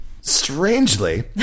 strangely